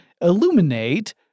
illuminate